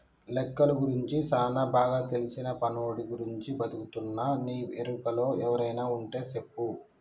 లెక్కలు గురించి సానా బాగా తెల్సిన పనోడి గురించి ఎతుకుతున్నా నీ ఎరుకలో ఎవరైనా వుంటే సెప్పు